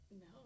No